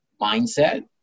mindset